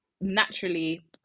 naturally